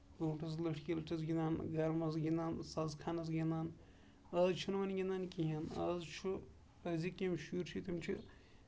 برونٹھ ٲسۍ لٔٹھکہِ لٹھس گِندان گرن منٛز گِندان سَزٕ کھنَس گِندان آز چھُ نہٕ وۄنۍ گِندان کِہینۍ آز چھُ أزِکۍ یِم شُرۍ چھِ تِم چھِ